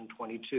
2022